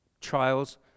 Trials